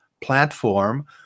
platform